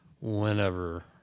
Whenever